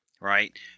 right